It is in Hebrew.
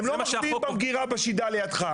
הם לא מחביאים במגרה, בשידה לידך.